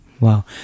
Wow